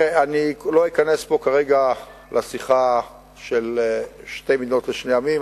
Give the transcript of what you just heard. אני לא אכנס פה כרגע לשיחה של שתי מדינות לשני עמים.